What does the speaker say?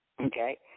Okay